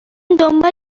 دنبال